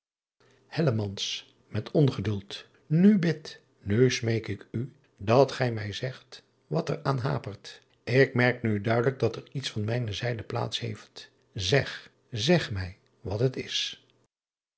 u bid nu smeek ik u dat gij mij zegt wat er aan hapert k merk nu duidelijk dat er iets van mijne zijde plaats heeft eg zeg mij wat het is